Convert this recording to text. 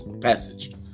passage